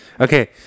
Okay